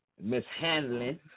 mishandling